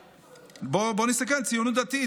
בואו נסתכל על הציונות הדתית,